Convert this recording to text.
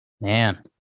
Man